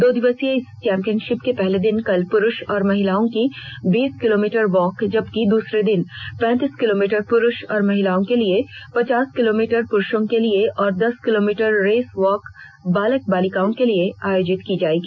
दो दिवसीय इस चैंपियनशिप के पहले दिन कल पुरुष और महिलाओं की बीस किलोमीटर यॉक जबकि दूसरे दिन पैंतीस किलोमीटर पुरुष और महिलाओं के लिए पचास किलोमीटर पुरुषों के लिए और दस किलोमीटर रेस वॉक बालक बालिकाओं के लिए आयोजित किया जाएगा